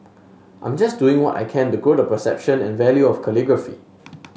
I'm just doing what I can to grow the perception and value of calligraphy